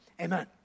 amen